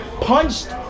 punched